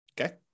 Okay